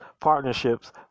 partnerships